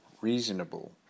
reasonable